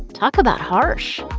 talk about harsh.